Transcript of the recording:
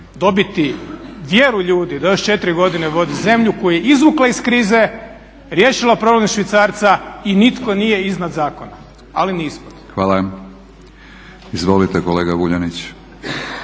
dobiti vjeru ljudi da još 4 godine vode zemlju koju je izvukla iz krize, riješila problem švicarca i nitko nije iznad zakona, ali ni ispod. **Batinić, Milorad (HNS)** Hvala. Izvolite kolega Vuljanić.